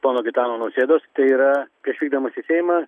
pono gitano nausėdos tai yra prieš vykdamas į seimą